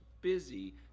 busy